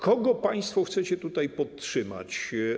Kogo państwo chcecie tutaj podtrzymać?